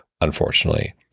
unfortunately